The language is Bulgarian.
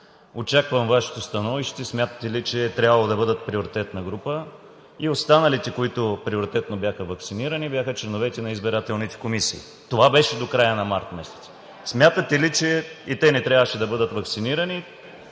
Очаквам Вашето становище. Смятате ли, че е трябвало да бъдат приоритетна група? И останалите, които бяха приоритетно ваксинирани, бяха членовете на избирателните комисии. Това беше до края на месец март. Смятате ли, че и те не трябваше да бъдат ваксинирани?